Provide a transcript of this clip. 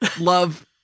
love